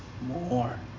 More